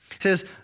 says